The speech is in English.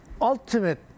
ultimate